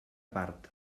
part